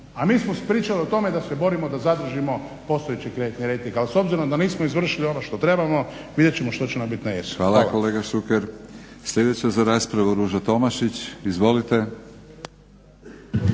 A mi smo pričali o tome da se borimo da zadržimo postojeći kreditni rejting, ali s obzirom da nismo izvršili ono što trebamo vidjet ćemo što će nam biti na jesen. **Batinić, Milorad (HNS)** Hvala kolega Šuker. Sljedeća za raspravu Ruža Tomašić. Izvolite.